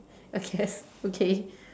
I guess okay